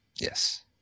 Yes